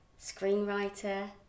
screenwriter